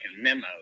memos